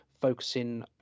focusing